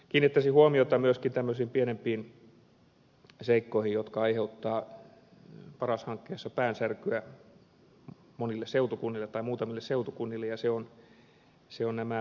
kiinnittäisin huomiota myöskin tämmöisiin pienempiin seikkoihin jotka aiheuttavat paras hankkeessa päänsärkyä muutamille seutukunnille ja ne ovat nämä väestörajat